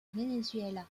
venezuela